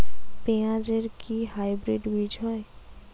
পেঁয়াজ এর কি হাইব্রিড বীজ হয়?